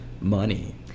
money